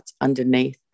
underneath